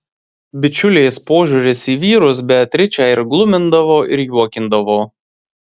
bičiulės požiūris į vyrus beatričę ir glumindavo ir juokindavo